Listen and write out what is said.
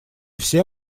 все